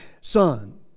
son